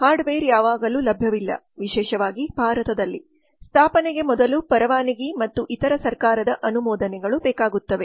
hardware ಯಾವಾಗಲೂ ಲಭ್ಯವಿಲ್ಲ ವಿಶೇಷವಾಗಿ ಭಾರತದಲ್ಲಿ ಸ್ಥಾಪನೆಗೆ ಮೊದಲು ಪರವಾನಗಿ ಮತ್ತು ಇತರ ಸರ್ಕಾರದ ಅನುಮೋದನೆಗಳು ಬೇಕಾಗುತ್ತವೆ